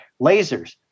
lasers